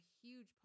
Huge